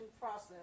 Process